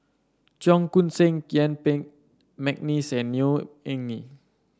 Cheong Koon Seng Yuen Peng McNeice and Neo Anngee